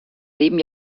leben